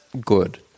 good